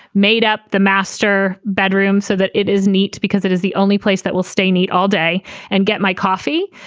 made up the master bedroom so that it is neat because it is the only place that will stay neat all day and get my coffee.